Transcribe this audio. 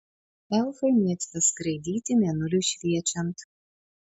elfai mėgsta skraidyti mėnuliui šviečiant